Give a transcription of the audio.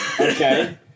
Okay